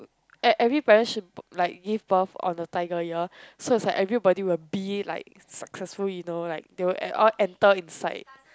e~ every parents should like give birth on the tiger year so is like everybody will be like successful you know like they will all enter inside